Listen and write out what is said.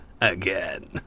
again